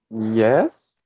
Yes